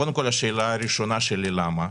קודם כל השאלה הראשונה שלי, למה?